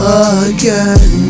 again